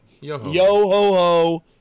Yo-ho-ho